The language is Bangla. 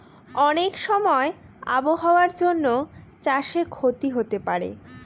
অনেক সময় আবহাওয়ার জন্য চাষে ক্ষতি হতে পারে